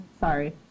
sorry